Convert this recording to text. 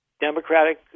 Democratic